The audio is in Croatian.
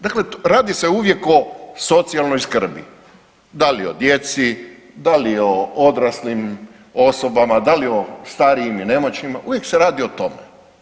Dakle, radi se uvijek o socijalnoj skrbi, da li o djeci, da li o odraslim osobama, da li o starijim i nemoćnim, uvijek se radi o tome.